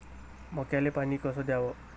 मक्याले पानी कस द्याव?